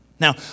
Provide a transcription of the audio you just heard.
Now